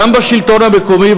גם בשלטון המקומי,